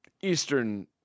Eastern